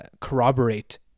corroborate